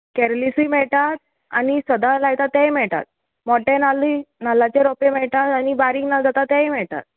कॅरलिसूय मेळटात आनी सदां लायतात तेय मेळटात मोटे नाल्लूय नाल्लाचे रोंपे मेळटात आनी बारीक नाल जाता तेय मेळटात